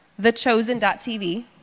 thechosen.tv